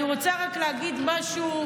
אני רוצה להגיד משהו,